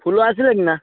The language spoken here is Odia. ଫୁଲ ଆସିଲାଣି ନା